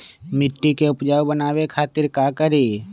मिट्टी के उपजाऊ बनावे खातिर का करी?